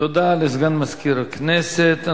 תודה לסגן מזכירת הכנסת.